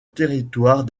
territoire